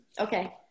Okay